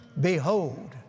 Behold